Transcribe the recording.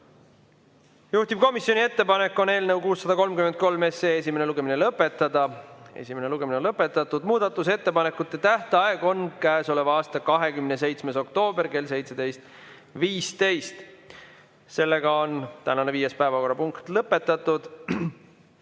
Juhtivkomisjoni ettepanek on eelnõu 633 esimene lugemine lõpetada. Esimene lugemine on lõpetatud. Muudatusettepanekute tähtaeg on käesoleva aasta 27. oktoober kell 17.15. Tänane viies päevakorrapunkt on lõpetatud.